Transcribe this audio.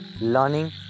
learning